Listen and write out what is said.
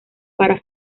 para